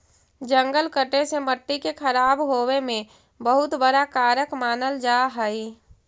जंगल कटे से मट्टी के खराब होवे में बहुत बड़ा कारक मानल जा हइ